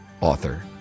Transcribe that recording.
Author